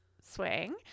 swing